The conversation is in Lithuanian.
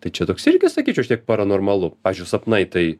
tai čia toks irgi sakyčiau šiek tiek paranormalu pavyzdžiui sapnai tai